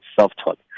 self-taught